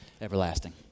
everlasting